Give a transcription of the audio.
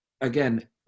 again